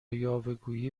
یاوهگویی